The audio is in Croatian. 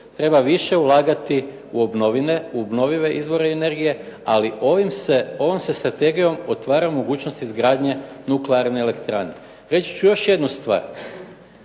treba više ulagati u obnovive izvore energije ali ovom se Strategijom otvara mogućnost izgradnje nuklearne elektrane. Reći ću još jednu stvar,